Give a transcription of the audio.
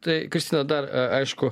tai kristina dar aišku